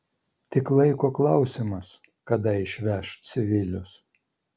tik laiko klausimas kada išveš civilius